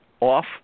off